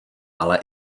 ale